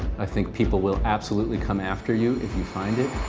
i think people will absolutely come after you if you find it.